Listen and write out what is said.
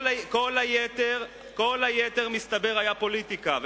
כל היתר, מסתבר, היה פוליטיקה.